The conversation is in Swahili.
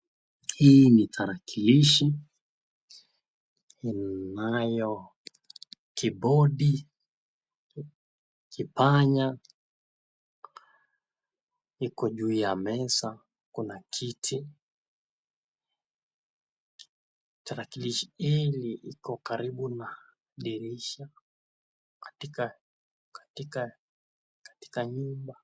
Hii ni tarakilishi inayo kibodi ,panya iko juu ya meza. Kuna kiti .Tarakilishi hili ikokaribu na dirisha katika nyumba.